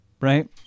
right